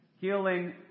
healing